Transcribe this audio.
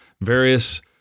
Various